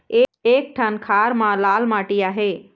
एक ठन खार म लाली माटी आहे?